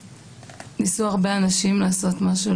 ניסו הרבה אנשים לעשות משהו,